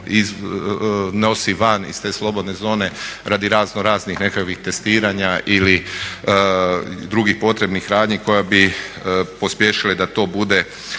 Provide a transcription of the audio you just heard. iznosi van iz te slobodne zone radi raznoraznih nekakvih testiranja ili drugih potrebnih radnji koje bi pospješile da to bude